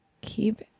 keep